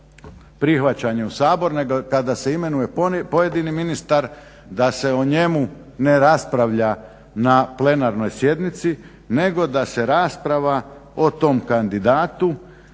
prihvaćanje u Sabor nego kada se imenuje pojedini ministar da se o njemu ne raspravlja na plenarnoj sjednici. Nego da se rasprava o tom kandidatu